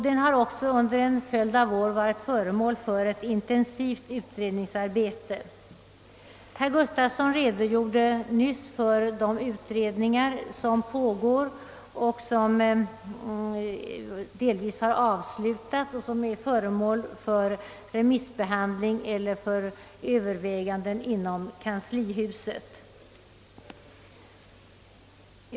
Den har under en följd av år varit föremål för ett intensivt utredningsarbete. Herr Gustafsson redogjorde nyss för de utredningar som pågår och delvis har avslutats och som remissbehandlas eller övervägs inom kanslihuset.